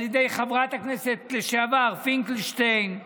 על ידי חברת הכנסת לשעבר פינקלשטיין,